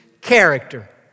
character